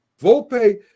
Volpe